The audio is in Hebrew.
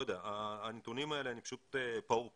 לכן הנתונים האלה, אני פשוט פעור פה.